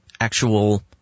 actual